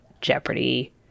Jeopardy